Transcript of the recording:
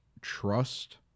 trust